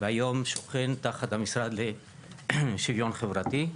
והיום שוכן תחת המשרד לשוויון חברתי.